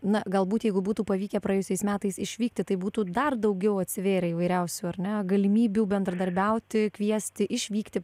na galbūt jeigu būtų pavykę praėjusiais metais išvykti tai būtų dar daugiau atsivėrę įvairiausių ar ne galimybių bendradarbiauti kviesti išvykti